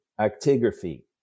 Actigraphy